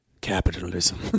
Capitalism